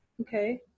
okay